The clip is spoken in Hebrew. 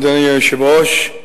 אדוני היושב-ראש,